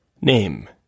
Name